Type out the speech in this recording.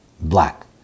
black